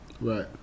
Right